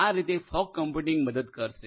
આ રીતે fog computing મદદ કરશે